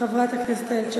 חבר הכנסת נסים זאב, בבקשה.